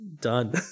Done